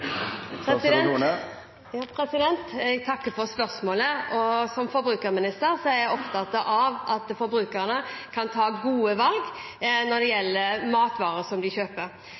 Jeg takker for spørsmålet. Som forbrukerminister er jeg opptatt av at forbrukerne kan ta gode valg når det gjelder matvarer som de kjøper.